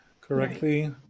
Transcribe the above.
correctly